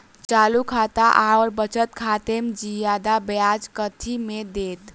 चालू खाता आओर बचत खातामे जियादा ब्याज कथी मे दैत?